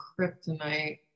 kryptonite